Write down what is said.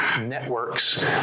networks